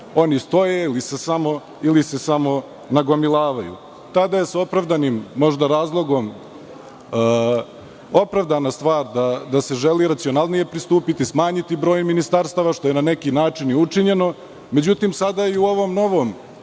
oni stoje ili se samo nagomilavaju. Tada je sa opravdanim razlogom opravdana stvar da se želi racionalnije pristupiti, smanjiti broj ministarstava, što je na neki način i učinjeno. Međutim, sada i u ovom novom